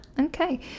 Okay